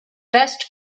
best